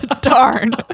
Darn